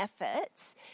efforts